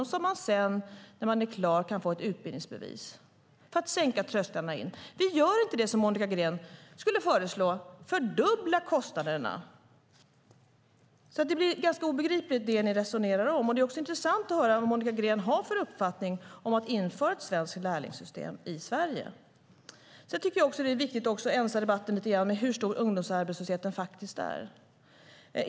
När ungdomarna är klara kan de få ett utbildningsbevis. Detta görs för att sänka trösklarna in på arbetsmarknaden. Vi gör inte det som Monica Green föreslår, nämligen att fördubbla kostnaderna. Det som ni resonerar om blir därför ganska obegripligt. Det är också intressant att höra vad Monica Green har för uppfattning om att man inför ett lärlingssystem i Sverige. Sedan tycker jag att det är viktigt att ensa debatten lite grann när det gäller hur stor ungdomsarbetslösheten faktiskt är.